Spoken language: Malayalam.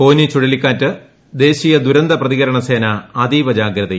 ഫോനി ചുഴലിക്കാറ്റ് ദേശീയ ദുരന്ത പ്രതികരണ സേന അതീവ ജാഗ്രതയിൽ